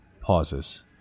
pauses